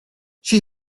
she